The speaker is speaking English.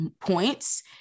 points